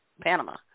Panama